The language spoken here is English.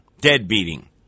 dead-beating